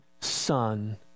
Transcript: son